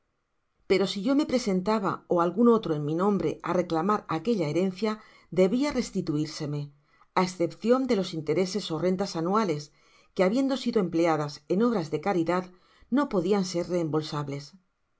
pero si yo me presentaba ó algun otro en mi nombre á reclamar aquella herencia debia restituirseme á escepcion de los intereses ó rentas anuales que habiendo sido empleadas en obras de caridad no podian ser